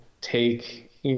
take